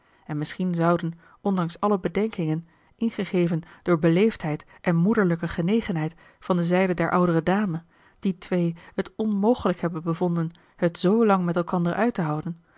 en misschien zouden ondanks alle bedenkingen ingegeven door beleefdheid en moederlijke genegenheid van de zijde der oudere dame die twee het onmogelijk hebben bevonden het zoolang met elkander uit te houden